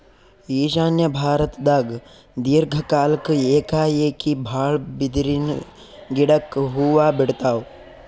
ಈಶಾನ್ಯ ಭಾರತ್ದಾಗ್ ದೀರ್ಘ ಕಾಲ್ಕ್ ಏಕಾಏಕಿ ಭಾಳ್ ಬಿದಿರಿನ್ ಗಿಡಕ್ ಹೂವಾ ಬಿಡ್ತಾವ್